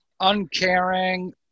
uncaring